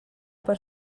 per